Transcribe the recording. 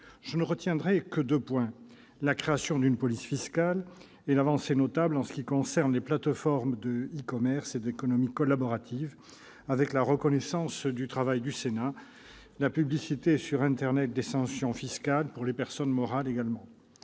Je ne retiendrai que deux points : la création d'une police fiscale et une avancée notable s'agissant des plateformes de commerce en ligne et de l'économie collaborative avec la reconnaissance du travail du Sénat et la publicité sur internet des sanctions fiscales pour les personnes morales.